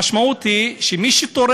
אם החוק הזה עובר, המשמעות היא שמי שתורם,